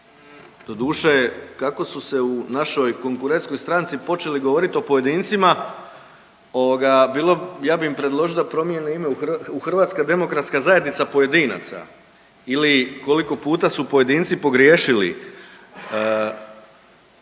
Doduše kako su se u našoj konkurentskoj stranci počeli govoriti o pojedincima ovoga bilo, ja bi im predložio da promjene ime u Hrvatska demokratska zajednica pojedinaca ili koliko puta su pojedinci pogriješili. Sjetio